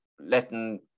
letting